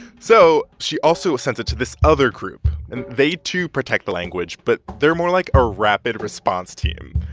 so she also sends it to this other group, and they, too, protect the language, but they're more like a rapid response team.